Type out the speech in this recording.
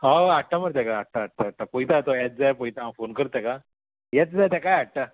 हय हाडटा मरे तेका हाडटा हाडटा हाडटा पयता तो येत जाल्यार पयता हांव फोन करता तेका येत जा तेका हाडटा